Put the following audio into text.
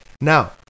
Now